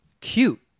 cute